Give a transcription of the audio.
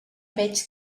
veig